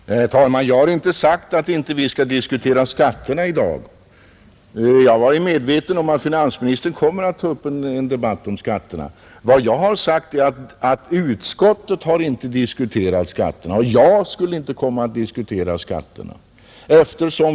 Herr talman! Jag har inte sagt att vi inte skall diskutera skatterna i dag. Jag är medveten om att finansministern kommer att ta upp en debatt om skatterna. Vad jag har sagt är att utskottet inte har diskuterat skatterna och att jag inte skulle komma att diskutera skatterna.